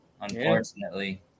Unfortunately